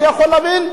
אני יכול להבין,